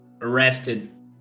arrested